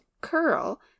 curl